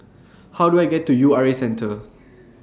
How Do I get to U R A Centre